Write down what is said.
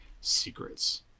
secrets